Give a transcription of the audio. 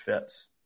fits